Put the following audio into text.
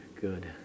Good